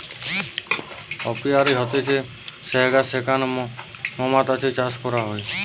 apiary হতিছে সেহগা যেখানে মৌমাতছি চাষ করা হয়